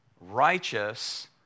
righteous